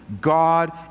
God